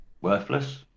Worthless